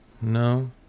No